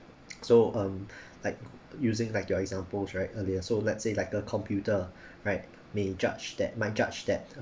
so um like using like your examples right earlier so let's say like a computer right may judge that might judge that